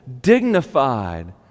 dignified